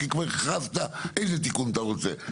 כי כבר הכרזת איזה תיקון אתה רוצה.